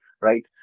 right